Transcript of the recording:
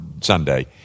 Sunday